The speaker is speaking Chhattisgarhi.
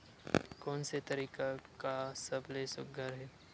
कोन से तरीका का सबले सुघ्घर हे?